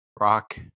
rock